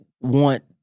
want